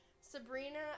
sabrina